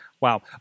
Wow